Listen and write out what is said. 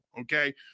Okay